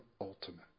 ultimate